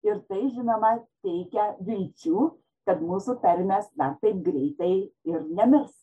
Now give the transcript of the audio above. ir tai žinoma teikia vilčių kad mūsų tarmės na taip greitai ir nemirs